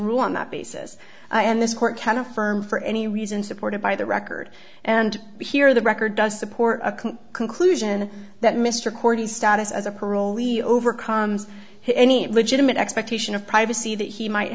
rule on that basis and this court can affirm for any reason supported by the record and here the record does support a conclusion that mr cordy's status as a parolee overcomes his any legitimate expectation of privacy that he might